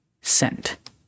scent